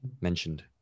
mentioned